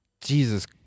Jesus